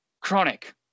Chronic